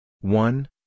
one